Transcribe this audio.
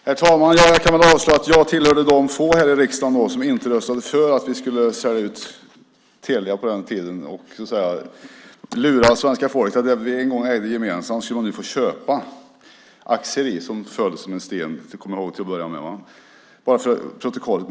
Herr talman! Jag kan avslöja att jag tillhörde de få här i riksdagen som inte röstade för att vi skulle sälja ut Telia på den tiden, och lura svenska folket att det vi en gång ägde tillsammans skulle man nu få köpa aktier i - som föll som en sten, som vi kommer ihåg. Detta för protokollet.